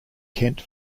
kent